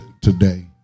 today